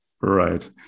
Right